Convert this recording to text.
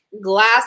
glass